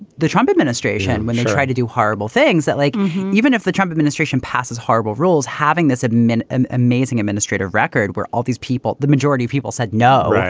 the trump administration, when you tried to do horrible things that like even if the trump administration passes horrible rules, having this admin, an amazing administrative record where all these people, the majority of people said no. right.